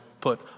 put